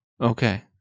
Okay